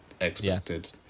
expected